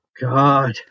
God